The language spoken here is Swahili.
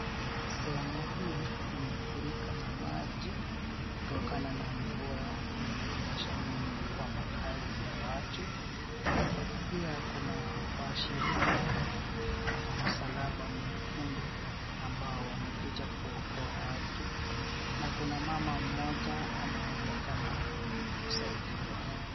Sehemu hii imefurika na maji kutokanana na mvua iliyonyesha mingi kwa makazi ya watu pia kuna washirika wa msalaba mwekundu ambao wamekuja kuokoa watu na kuna mama mmoja anayeonekana kusaidiwa.